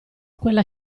quella